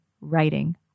writing